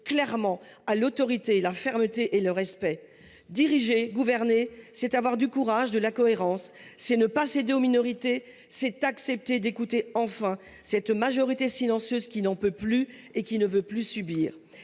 clairement à l’autorité, à la fermeté et au respect ! Diriger, gouverner, c’est avoir du courage, de la cohérence. C’est ne pas céder aux minorités, c’est accepter d’écouter enfin cette majorité silencieuse qui n’en peut plus et qui ne veut plus subir